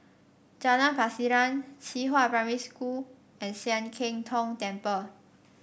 Jalan Pasiran Qihua Primary School and Sian Keng Tong Temple